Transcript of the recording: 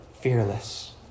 fearless